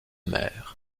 mer